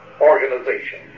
organization